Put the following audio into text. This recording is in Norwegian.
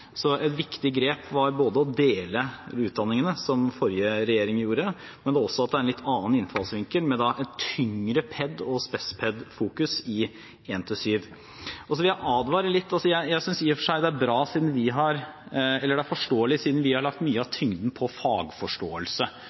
Et viktig grep var å dele utdanningene, som forrige regjering gjorde, men også at det er en litt annen innfallsvinkel, med da et tyngre ped.- og spes.ped-fokus i 1–7. Så vil jeg advare litt. Siden vi har lagt mye av tyngden på fagforståelse og på faglæreren, og det å ruste opp og gjenreise faglæreridealet i skolen er et viktig prosjekt for denne regjeringen, forstår jeg den bekymringen som kommer for andre deler av